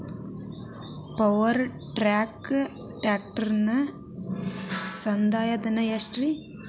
Power track ಟ್ರ್ಯಾಕ್ಟರನ ಸಂದಾಯ ಧನ ಎಷ್ಟ್ ರಿ?